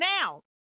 Now